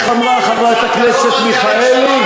חברת הכנסת מיכאלי,